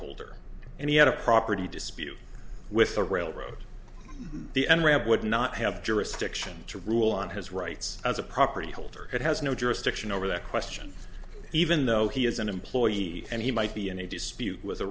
holder and he had a property dispute with the railroad the end ramp would not have jurisdiction to rule on his rights as a property holder that has no jurisdiction over that question even though he is an employee and he might be in a dispute with